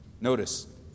Notice